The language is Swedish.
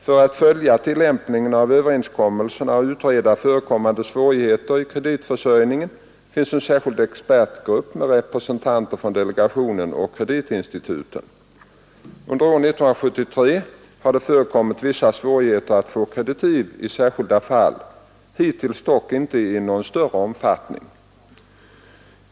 För att följa tillämpningen av överenskommelserna och utreda förekommande svårigheter i kreditförsörjningen finns en särskild expertgrupp med representanter från delegationen och kreditinstituten. Under år 1973 har det förekommit vissa svårigheter att få kreditiv i särskilda fall, hittills dock inte i någon större omfattning.